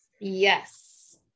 Yes